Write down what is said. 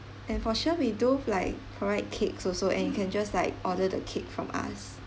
and for sure we do have like provide cakes also and you can just like order the cake from us